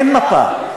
אין מפה.